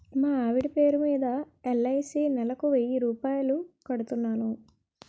మా ఆవిడ పేరు మీద ఎల్.ఐ.సి నెలకు వెయ్యి రూపాయలు కడుతున్నాను